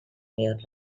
here